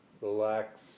relax